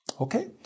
okay